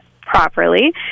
properly